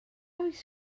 oes